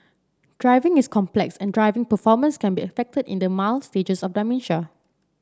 driving is complex and driving performance can be affected in the mild stages of dementia